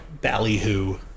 ballyhoo